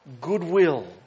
goodwill